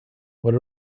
what